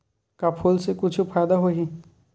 का फूल से कुछु फ़ायदा होही?